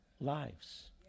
lives